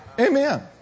Amen